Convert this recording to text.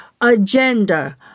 agenda